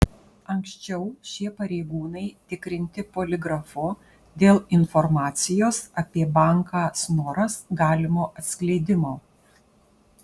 anksčiau šie pareigūnai tikrinti poligrafu dėl informacijos apie banką snoras galimo atskleidimo